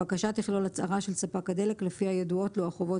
הבקשה תכלול הצהרה של ספק הדלק לפיה ידועות לו החובות